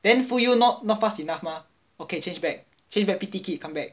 then full U not fast enough mah okay change back change back P_T kit then come back